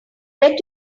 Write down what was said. bet